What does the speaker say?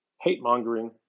hate-mongering